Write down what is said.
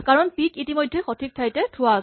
কাৰণ পি ক ইতিমধ্যে সঠিক ঠাইত থোৱা হৈছে